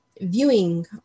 viewing